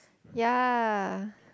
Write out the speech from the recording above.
ya